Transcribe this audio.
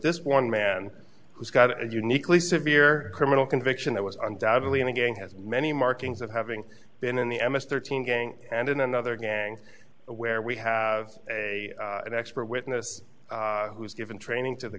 this one man who's got a uniquely severe criminal conviction that was undoubtedly in a gang has many markings of having been in the m s thirteen gang and in another gang where we have a an expert witness who's given training to the